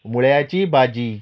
मुळ्याची भाजी